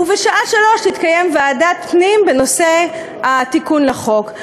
ובשעה 15:00 תתקיים ישיבת ועדת הפנים בנושא התיקון לחוק.